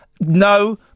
No